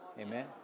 Amen